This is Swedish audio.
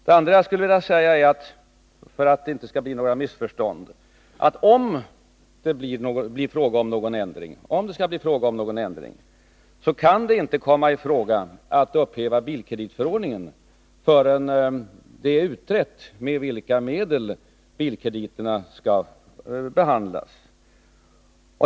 Det andra jag skulle vilja säga är, för att det inte skall bli några missförstånd, att om det skall bli någon ändring, så kan det inte komma i fråga att upphäva bilkreditförordningen förrän det är utrett med vilka medel bilkrediterna skall behandlas.